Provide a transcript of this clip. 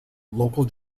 local